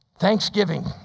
Thanksgiving